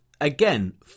again